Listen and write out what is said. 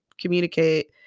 communicate